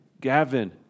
Gavin